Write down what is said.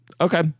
Okay